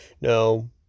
No